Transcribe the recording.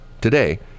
today